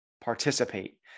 participate